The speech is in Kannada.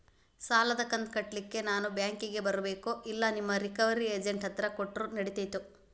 ಸಾಲದು ಕಂತ ಕಟ್ಟಲಿಕ್ಕೆ ನಾನ ಬ್ಯಾಂಕಿಗೆ ಬರಬೇಕೋ, ಇಲ್ಲ ನಿಮ್ಮ ರಿಕವರಿ ಏಜೆಂಟ್ ಹತ್ತಿರ ಕೊಟ್ಟರು ನಡಿತೆತೋ?